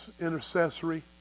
intercessory